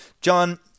John